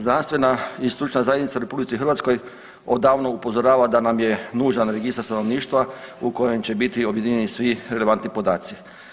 Znanstvena i stručna zajednica u RH odavno upozorava da nam nužan registar stanovništva u kojem će biti objedinjeni svi relevantni podaci.